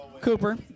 cooper